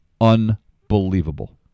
unbelievable